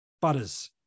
Butters